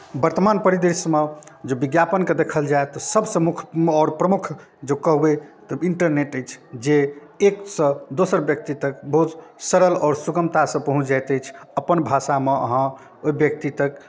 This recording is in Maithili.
वर्तमान परिदृश्यमे जे विज्ञापनके देखल जाय तऽ सभसँ मुख्य आओर प्रमुख जँ कहबै तऽ इंटरनेट अछि जे एकसँ दोसर व्यक्ति तक बहुत सरल आओर सुगमतासँ पहुँच जाइत अछि अपन भाषामे अहाँ ओहि व्यक्ति तक